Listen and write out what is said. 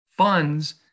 funds